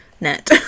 net